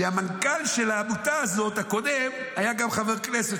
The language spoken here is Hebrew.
שהמנכ"ל הקודם של העמותה הזאת היה גם חבר כנסת,